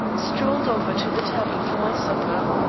strolled over to the tavern for my supper.